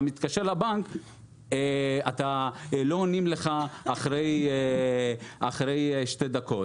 מתקשר לבנק לא עונים לך אחרי שתי דקות.